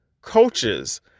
coaches